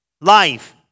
life